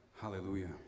Hallelujah